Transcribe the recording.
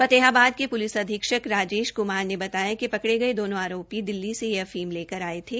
फतेहाबाद के पुलिस अधीक्षक राजेश कुमार ने बताया कि पकड़े गये दोनों आरोपी दिल्ली से अफीम लेकर आये थे